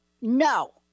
no